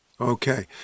Okay